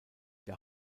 der